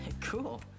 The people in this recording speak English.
Cool